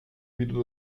wieder